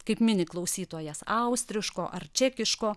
kaip mini klausytojas austriško ar čekiško